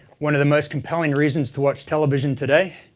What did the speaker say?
one of the most compelling reasons to watch television today,